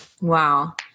Wow